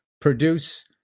produce